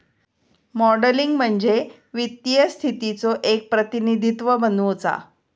modelling म्हणजे वित्तीय स्थितीचो एक प्रतिनिधित्व बनवुचा